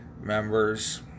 members